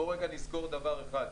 בוא רגע נזכור דבר אחד,